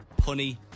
punny